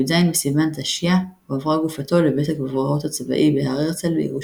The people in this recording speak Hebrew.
בי"ז בסיוון תשי"א הועברה גופתו לבית הקברות הצבאי בהר הרצל בירושלים.